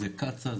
זה קצא"א,